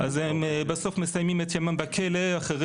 אז הם בסוף מסיימים את ימיהם בכלא אחרי